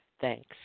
Thanks